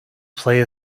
play